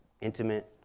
intimate